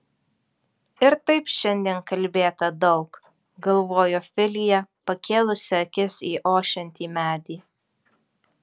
ir taip šiandien kalbėta daug galvojo filija pakėlusi akis į ošiantį medį